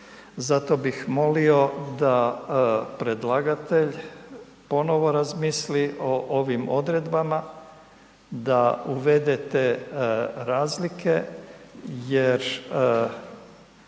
Zato bih molio da predlagatelj ponovo razmisli o ovim odredbama da uvedete razlike, jer